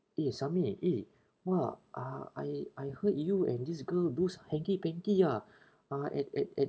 eh samir eh !wah! uh I I heard you and this girl boost hanky panky ah uh at at at